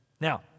Now